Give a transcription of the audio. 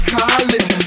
college